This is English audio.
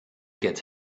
get